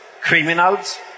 criminals